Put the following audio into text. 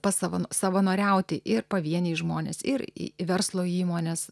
pasava savanoriauti ir pavieniai žmonės ir verslo įmonės